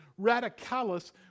radicalis